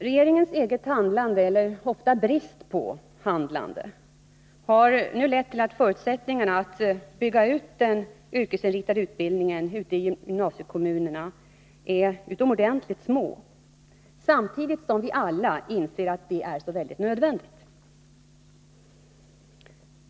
Regeringens eget handlande, eller ofta brist på handlande, har nu lett till att förutsättningarna för att bygga ut den yrkesinriktade utbildningen ute i gymnasiekommunerna är utomordentligt små, samtidigt som vi alla inser att en sådan utbyggnad är helt nödvändig.